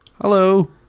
Hello